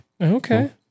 Okay